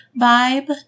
vibe